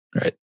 Right